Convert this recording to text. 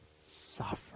suffer